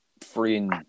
freeing